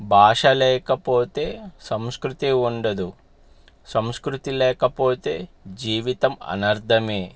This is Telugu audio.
భాష లేకపోతే సంస్కృతి ఉండదు సంస్కృతి లేకపోతే జీవితం అనర్థమే